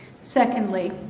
Secondly